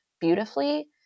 beautifully